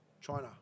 China